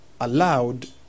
allowed